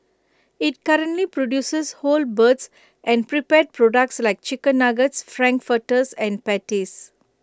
IT currently produces whole birds and prepared products like chicken Nuggets Frankfurters and patties